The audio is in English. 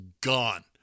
gone